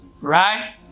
Right